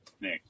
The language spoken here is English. Nick